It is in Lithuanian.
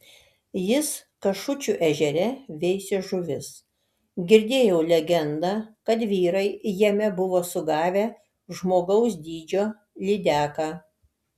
jis kašučių ežere veisė žuvis girdėjau legendą kad vyrai jame buvo sugavę žmogaus dydžio lydeką